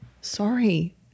Sorry